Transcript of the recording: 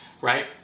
right